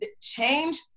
change